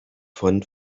fund